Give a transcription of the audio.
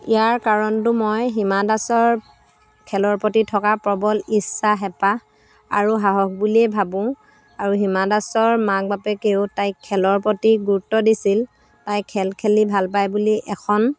ইয়াৰ কাৰণটো মই হিমা দাসৰ খেলৰ প্ৰতি থকা প্ৰবল ইচ্ছা হেঁপাহ আৰু সাহস বুলিয়েই ভাবোঁ আৰু হীমা দাসৰ মাক বাপেকেও তাই খেলৰ প্ৰতি গুৰুত্ব দিছিল তাই খেল খেলি ভাল পায় বুলি এখন